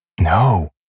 No